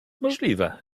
możliwe